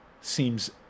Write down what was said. seems